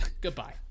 Goodbye